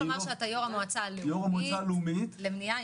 אני יו"ר המועצה הלאומית למניעה,